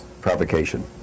provocation